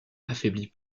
affaiblit